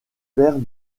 père